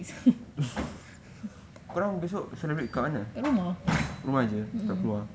kat rumah um mm